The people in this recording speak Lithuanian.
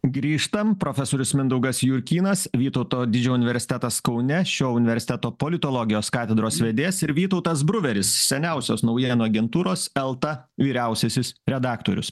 grįžtam profesorius mindaugas jurkynas vytauto didžiojo universitetas kaune šio universiteto politologijos katedros vedėjas ir vytautas bruveris seniausios naujienų agentūros elta vyriausiasis redaktorius